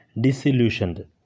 disillusioned